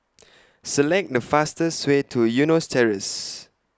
Select The fastest Way to Eunos Terrace